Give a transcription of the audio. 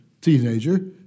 teenager